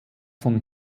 von